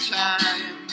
time